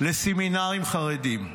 לסמינרים חרדיים.